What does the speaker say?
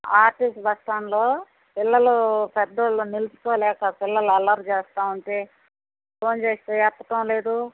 RTC బస్స్టాండ్లో పిల్లలూ పెద్దవాళ్ళు నిల్చోలేక పిల్లలు అల్లరి చేస్తూ ఉంటే ఫోన్ చేస్తే ఎత్తటం లేదు